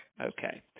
Okay